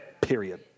Period